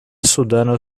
sudano